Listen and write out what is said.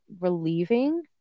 relieving